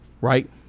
right